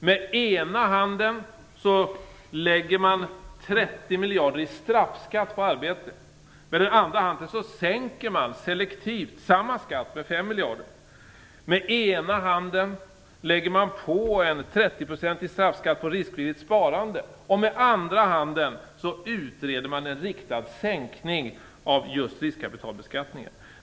Med ena handen lägger man 30 miljarder i straffskatt på arbete; med andra handen sänker man selektivt samma skatt med 5 miljarder. Med ena handen lägger man på en 30-procentig straffskatt på riskvilligt sparande; med andra handen utreder man en riktad sänkning av just riskkapitalbeskattningen.